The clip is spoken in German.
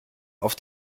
auf